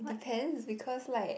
depend because like